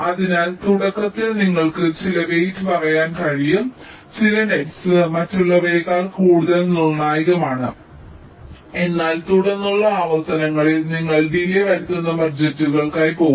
അതിനാൽ തുടക്കത്തിൽ നിങ്ങൾക്ക് ചില വെയ്റ് പറയാൻ കഴിയും ചില നെറ്സ് മറ്റുള്ളവയേക്കാൾ കൂടുതൽ നിർണ്ണായകമാണ് എന്നാൽ തുടർന്നുള്ള ആവർത്തനങ്ങളിൽ നിങ്ങൾക്ക് ഡിലെ വരുത്തുന്ന ബജറ്റുകൾക്കായി പോകാം